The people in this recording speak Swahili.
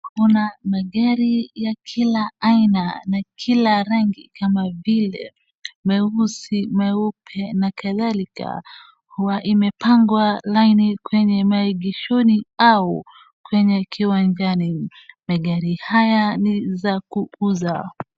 Kuna magari ya kila aina na kila rangi kama vile meupe, meusi na kadhalika huwa imepanga laini kwenye maegishoni au kwenye kiwanjani gari haya ni za kuuza.